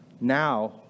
now